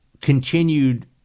continued